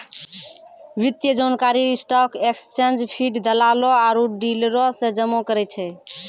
वित्तीय जानकारी stock exchange feed, दलालो आरु डीलरो से जमा करै छै